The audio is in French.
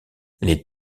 les